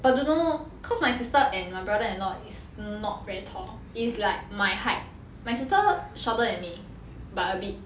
but don't know cause my sister and my brother in law is not very tall is like my height my sister shorter than me by a bit